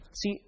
See